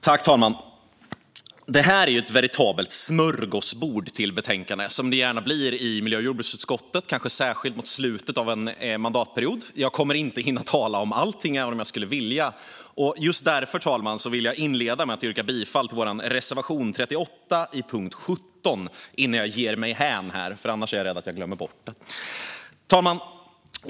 Fru talman! Det här är ju ett veritabelt smörgåsbord till betänkande, som det gärna blir i miljö och jordbruksutskottet, kanske särskilt mot slutet av en mandatperiod. Jag kommer inte att hinna tala om allting, även om jag skulle vilja det. Just därför, fru talman, vill jag inleda med att yrka bifall till vår reservation 38 under punkt 17 innan jag ger mig hän - jag är rädd att jag glömmer bort det annars. Fru talman!